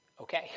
okay